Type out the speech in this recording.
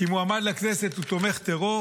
כי מועמד לכנסת הוא תומך טרור